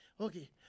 Okay